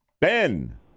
Ben